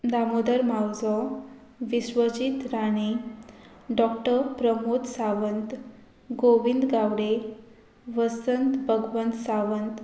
Damodar Mauzo Vishwajit Rane doctor Pramod Sawant Govind Gaude Vasant Bhagwant Sawant